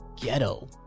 Ghetto